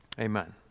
Amen